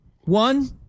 One